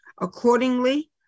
Accordingly